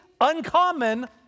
uncommon